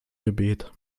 gebet